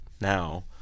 now